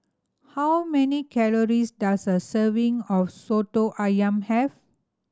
how many calories does a serving of Soto Ayam have